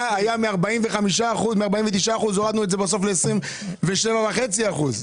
היה מ-49% הורדנו את זה ל-27.5%.